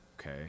okay